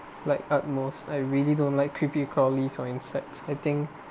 like utmost I really don't like creepy-crawlies or insects I think